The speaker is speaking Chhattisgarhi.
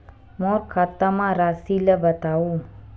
मोर खाता म राशि ल बताओ?